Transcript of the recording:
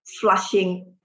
flushing